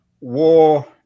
war